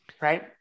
right